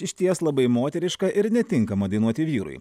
išties labai moteriška ir netinkama dainuoti vyrui